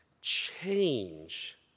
change